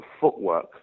footwork